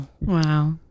Wow